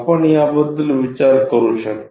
आपण याबद्दल विचार करू शकता